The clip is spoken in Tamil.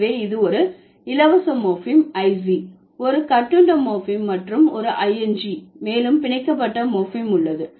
எனவே இது ஒரு இலவச மோர்பீம் iz ஒரு கட்டுண்ட மோர்பீம் மற்றும் i n g மேலும் பிணைக்கப்பட்ட மோர்பீம் உள்ளது